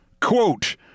Quote